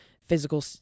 physical